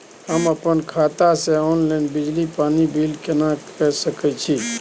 हम अपन खाता से ऑनलाइन बिजली पानी बिल केना के सकै छी?